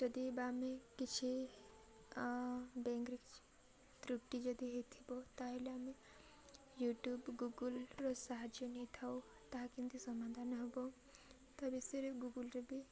ଯଦି ବା ଆମେ କିଛି ବ୍ୟାଙ୍କ୍ରେ କି ତ୍ରୁଟି ଯଦି ହେଇଥିବ ତା'ହେଲେ ଆମେ ୟୁଟ୍ୟୁବ୍ ଗୁଗୁଲ୍ର ସାହାଯ୍ୟ ନେଇଥାଉ ତାହା କେମିତି ସମାଧାନ ହବ ତା ବିଷୟରେ ଗୁଗୁଲ୍ରେ ବି